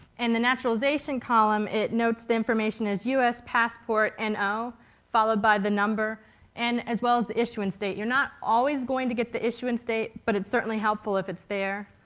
and the naturalization column it notes the information as u s. passport and no. followed by the number and as well as the issuance date. you're not always going to get the issuance date, but it's certainly helpful if it's there.